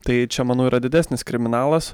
tai čia manau yra didesnis kriminalas